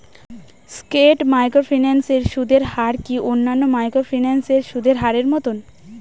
স্কেট microfinance এর সুদের হার কি অন্যান্য মাইক্রোফিন্যান্স এর সুদের হারের মতন?